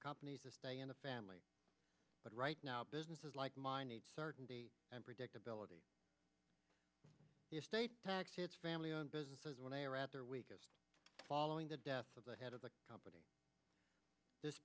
companies to stay in the family but right now businesses like mine need certainty and predictability the estate tax hits family owned businesses when they are at their weakest following the death of the head of the company this